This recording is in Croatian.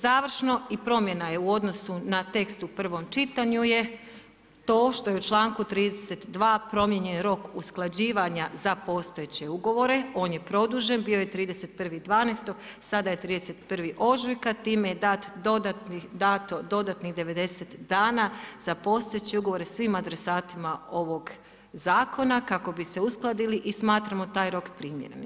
Završno i promjena u odnosu na tekst u prvom čitanju je to što je u članku 32. promijenjen rok usklađivanja za postojeće ugovore, on je produžen, bio je 31.12., sad je 31. ožujka, time je dato dodatnih 90 dana za postojeće ugovore svim adresatima ovoga zakona kako bi se uskladili i smatramo taj rok primjerenim.